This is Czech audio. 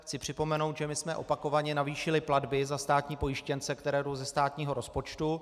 Chci připomenout, že jsme opakovaně navýšili platby za státní pojištěnce, které jdou ze státního rozpočtu.